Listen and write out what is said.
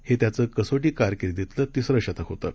हे त्याचं कसोटी कारकीर्दीतलं तिसरं शतक होतं